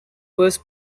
was